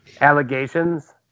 Allegations